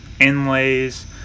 inlays